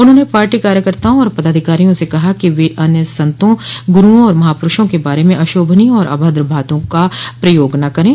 उन्होंने पार्टी कार्यकर्ताओं और पदाधिकारियों से कहा कि वह अन्य संतों गुरूओं और महापुरूषों के बारे में अशोभनीय और अभद्र बातों का प्रयोग न करें